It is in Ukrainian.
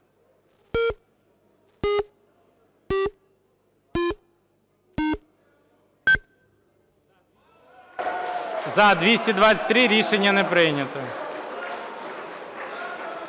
За-223 Рішення не прийнято.